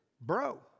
Bro